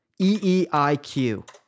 EEIQ